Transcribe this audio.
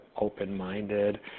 open-minded